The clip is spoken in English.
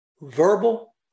verbal